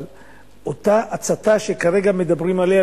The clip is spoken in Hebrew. אבל אותה הצתה שכרגע מדברים עליה,